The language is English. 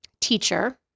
teacher